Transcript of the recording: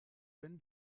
wenn